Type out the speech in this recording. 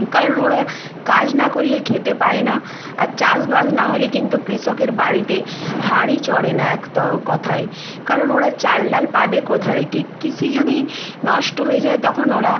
কারণ ওরা কাজ না করলে খেতে পায় না আর চাষবাস না হলে কিন্তু কৃষকের বাড়িতে হাঁড়ি চড়ে না একতাও কথায় কারণ ওরা চাল ডাল পাবে কোথা থেকে কৃষি যদি নষ্ট হয়ে যায় তখন ওরা